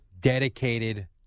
dedicated